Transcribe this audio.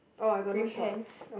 green pants